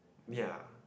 ya